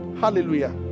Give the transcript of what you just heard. hallelujah